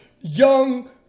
young